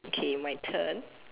okay my turn